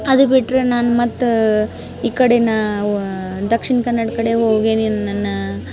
ಅದು ಬಿಟ್ಟರೆ ನಾನು ಮತ್ತು ಈ ಕಡೆ ನಾವು ದಕ್ಷಿಣ ಕನ್ನಡ ಕಡೆ ಹೋಗೇನಿ ನ್ ನಾ